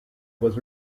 was